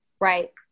Right